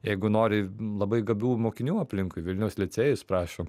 jeigu nori labai gabių mokinių aplinkui vilniaus licėjus prašom